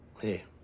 Hey